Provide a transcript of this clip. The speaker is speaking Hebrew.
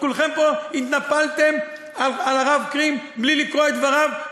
כולכם פה התנפלתם על הרב קרים בלי לקרוא את דבריו,